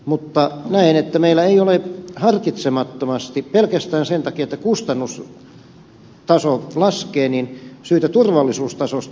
näen että meillä ei ole harkitsemattomasti pelkästään sen takia että kustannustaso laskisi syytä turvallisuustasosta laskea